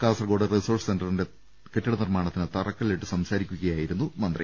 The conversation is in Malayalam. കാസർകോട് റിസോഴ് സ് സെന്ററിന്റെ കെട്ടിടനിർമാണത്തിന് തറക്കല്ലിട്ട് സംസാരിക്കുകയായിരന്നു മന്ത്രി